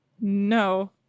no